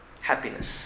Happiness